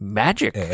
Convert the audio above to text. magic